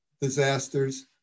disasters